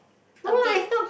a bit